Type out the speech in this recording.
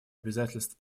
обязательств